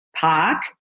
Park